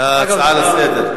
הצעה לסדר.